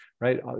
right